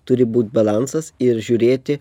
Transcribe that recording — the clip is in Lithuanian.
turi būt balansas ir žiūrėti